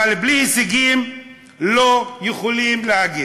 אבל בלי הישגים לא יכולים להגיד.